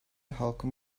halkın